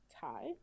tie